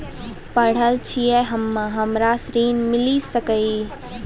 पढल छी हम्मे हमरा ऋण मिल सकई?